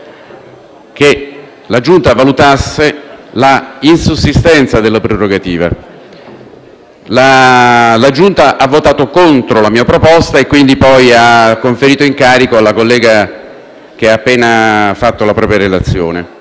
che la stessa valutasse la insussistenza della prerogativa. La Giunta ha votato contro la mia proposta e, quindi, ha poi conferito l'incarico alla senatrice D'Angelo, che ha appena svolto la propria relazione.